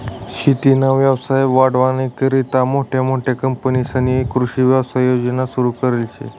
शेतीना व्यवसाय वाढावानीकरता मोठमोठ्या कंपन्यांस्नी कृषी व्यवसाय योजना सुरु करेल शे